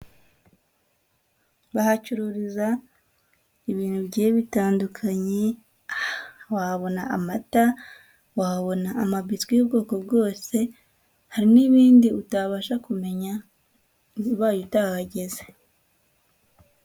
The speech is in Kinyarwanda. Bahacururiza ibintu bigiye bitandukanye, wabona amata, wabona amabiswi y'ubwoko bwose, hari n'ibindi utabasha kumenya ubaye utahageze.